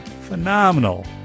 Phenomenal